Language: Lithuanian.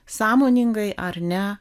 sąmoningai ar ne